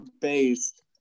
Based